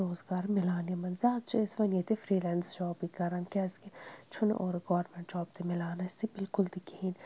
روزگار مِلان یِمَن زیادٕ چھِ أسۍ وۄنۍ ییٚتہِ فِرٛی لینٕس جابٕے کَران کیٛازِکہِ چھُنہٕ اورٕ گورمنٛٹ جاب تہِ مِلان اَسہِ بِلکُل تہِ کِہیٖنۍ